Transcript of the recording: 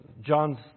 John's